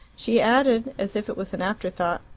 she added, as if it was an afterthought,